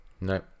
No